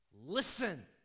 listen